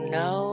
no